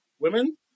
Women